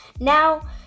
Now